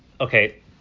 okay